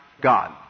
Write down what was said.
god